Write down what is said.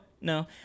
No